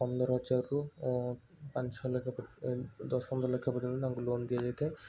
ପନ୍ଦର ହଜାରରୁ ପାଞ୍ଚ ଛଅ ଲକ୍ଷ ପର ଏଇ ଦଶ ପନ୍ଦରଲକ୍ଷ ପର୍ଯ୍ୟନ୍ତ ତାଙ୍କୁ ଲୋନ୍ ଦିଆଯାଇଥାଏ